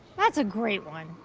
that is a great one.